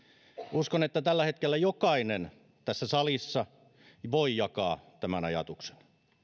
uskon että tällä hetkellä jokainen tässä salissa voi jakaa tämän ajatuksen